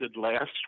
last